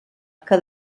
que